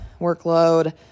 workload